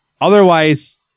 Otherwise